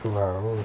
!wow!